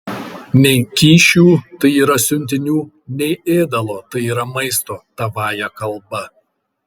nei kyšių tai yra siuntinių nei ėdalo tai yra maisto tavąja kalba